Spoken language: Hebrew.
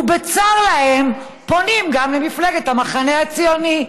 ובצר להם הם פונים גם למפלגת המחנה הציוני,